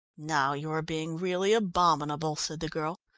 now you are being really abominable, said the girl,